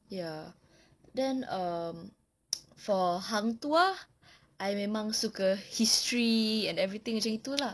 ya then um for hang tuah I memang suka history and everything macam gitu lah